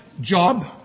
job